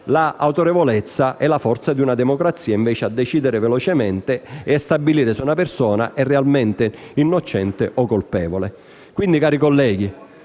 l'autorevolezza e la forza di una democrazia, incapace di decidere velocemente e stabilire se una persona è realmente innocente o colpevole. Quindi, cari colleghi,